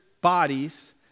bodies